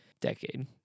decade